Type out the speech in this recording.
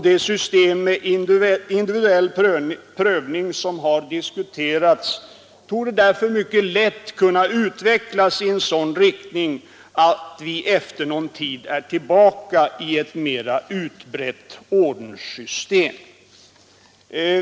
Det system med individuell prövning som har diskuterats torde därför mycket lätt kunna utvecklas i en sådan riktning att vi efter någon tid är tillbaka i ett mera utbrett ordenssystem.